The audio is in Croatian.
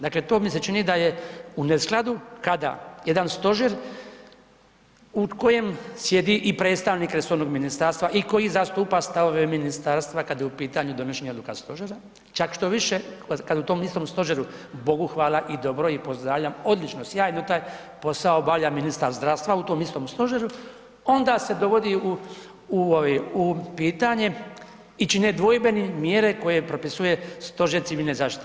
Dakle, to mi se čini da je u neskladu kada jedan stožer u kojem sjedi i predstavnik resornog ministarstva i koji zastupa stavove ministarstva kad je u pitanju donošenje odluka stožera, čak štoviše, kad u tom istom stožeru, Bogu hvala i dobro i pozdravljam, odlično, sjajno taj posao obavlja ministar zdravstva u tom istom stožeru onda se dovodi u, u ovi, u pitanje i čine dvojbenim mjere koje propisuje Stožer civilne zaštite.